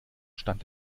stand